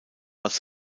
als